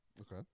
Okay